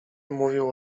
mówił